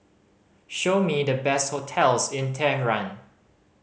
show me the best hotels in Tehran